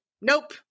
nope